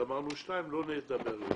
גמרנו שני דברים ועליהם לא נדבר יותר.